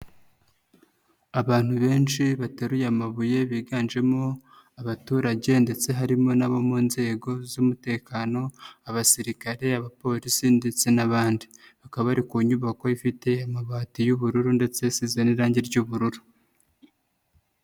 Abantu benshi bateruye amabuye biganjemo abaturage ndetse harimo n'abo mu nzego z'umutekano abasirikare, abapolisi ndetse n'abandi, bakaba bari ku nyubako ifite amabati y'ubururu ndetse zisize n'irangi ry'ubururu.